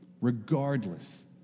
Regardless